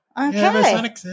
Okay